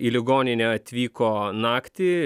į ligoninę atvyko naktį